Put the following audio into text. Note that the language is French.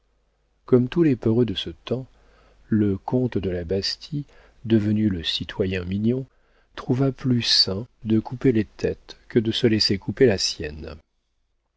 comme tous les peureux de ce temps le comte de la bastie devenu le citoyen mignon trouva plus sain de couper les têtes que de se laisser couper la sienne